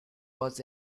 was